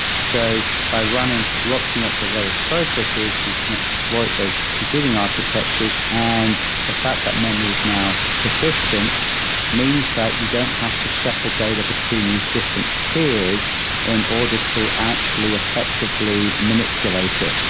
so by running lots and lots of redis processes, you can exploit those computing architectures. and the fact that memory is now persistent means that you don't have to shuffle data between these different tiers in order to actually effectively manipulate it.